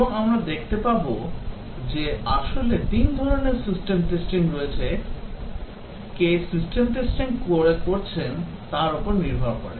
এবং আমরা দেখতে পাব যে আসলে তিন ধরণের সিস্টেম টেস্টিং রয়েছে কে সিস্টেম টেস্টিং করে করছেন তার উপর নির্ভর করে